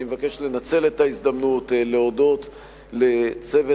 אני מבקש לנצל את ההזדמנות להודות לצוות